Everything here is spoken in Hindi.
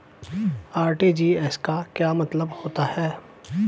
आर.टी.जी.एस का क्या मतलब होता है?